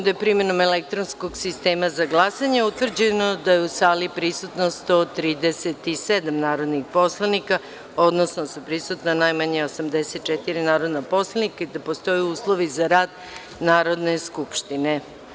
da je primenom elektronskog sistema za glasanje utvrđeno da je u sali prisutno 137 narodnih poslanika, odnosno da su prisutna najmanje 84 narodna poslanika i da postoje uslovi za rad Narodne skupštine.